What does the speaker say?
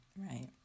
Right